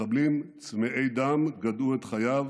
מחבלים צמאי דם גדעו את חייו